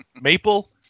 Maple